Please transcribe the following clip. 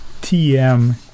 TM